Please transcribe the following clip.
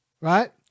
right